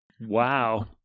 Wow